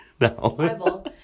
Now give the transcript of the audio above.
no